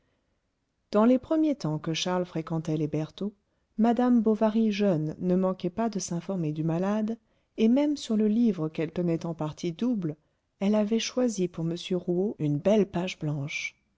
dans les premiers temps que charles fréquentait les bertaux madame bovary jeune ne manquait pas de s'informer du malade et même sur le livre qu'elle tenait en partie double elle avait choisi pour m rouault une belle page blanche